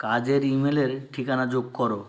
কাজের ইমেলের ঠিকানা যোগ করো